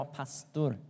pastor